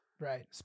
Right